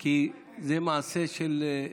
כי זה מעשה של,